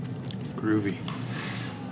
Groovy